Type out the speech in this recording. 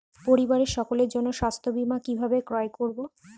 পরিবারের সকলের জন্য স্বাস্থ্য বীমা কিভাবে ক্রয় করব?